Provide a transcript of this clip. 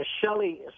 Shelley